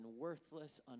worthless